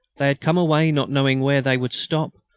they had come away not knowing where they would stop,